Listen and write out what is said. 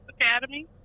Academy